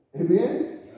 Amen